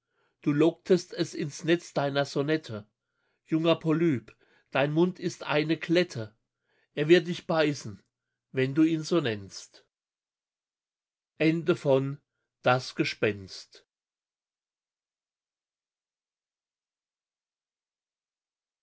du locktest es ins netz deiner sonette junger polyp dein mund ist eine klette er wird dich beißen wenn du ihn so nennst